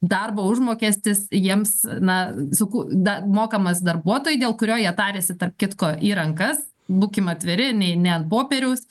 darbo užmokestis jiems na suku da mokamas darbuotojui dėl kurio jie tariasi tarp kitko į rankas būkim atviri nei ne ant popieriaus